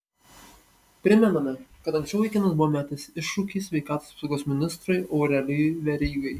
primename kad anksčiau vaikinas buvo metęs iššūkį sveikatos apsaugos ministrui aurelijui verygai